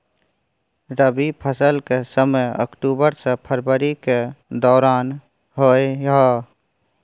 रबी फसल के समय अक्टूबर से फरवरी के दौरान होय हय